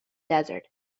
desert